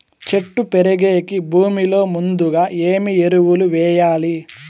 చెట్టు పెరిగేకి భూమిలో ముందుగా ఏమి ఎరువులు వేయాలి?